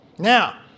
Now